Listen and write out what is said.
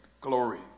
Glory